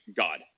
God